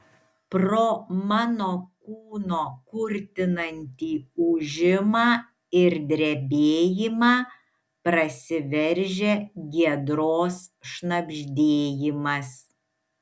pro mano kūno kurtinantį ūžimą ir drebėjimą prasiveržia giedros šnabždėjimas